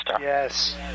Yes